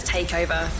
Takeover